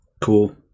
Cool